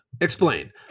explain